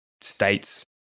states